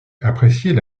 appréciait